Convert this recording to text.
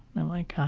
i'm like, god,